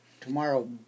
tomorrow